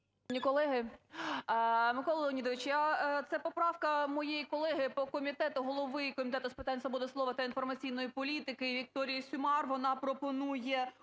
колеги, Миколо Леонідовичу, я... це поправка моєї колеги по комітету, голови Комітету з питань свободи слова та інформаційної політики ВікторіїСюмар. Вона пропонує